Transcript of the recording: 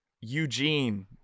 Eugene